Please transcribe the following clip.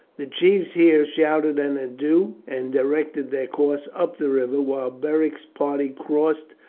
the chiefs here shouted an adieu and directed their course up the river, while beric's party crossed,